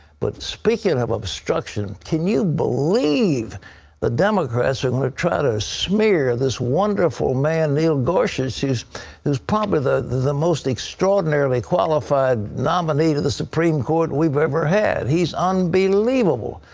but speaking of obstruction, can you believe the democrats are going to try to smear this wonderful man, neil gorsuch, who is probably the the most extraordinarily qualified nominee to the supreme court we've ever had. he is unbelievable.